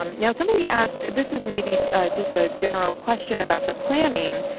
um now somebody asked, this is maybe just a general question about the planning.